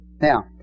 Now